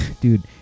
dude